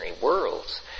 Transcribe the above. worlds